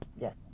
Yes